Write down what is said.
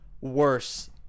worse